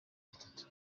itatu